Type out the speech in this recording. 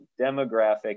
demographic